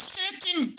certain